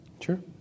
Sure